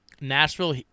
Nashville